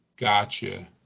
Gotcha